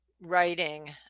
writing